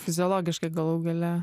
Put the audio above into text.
fiziologiškai galų gale